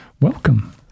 Welcome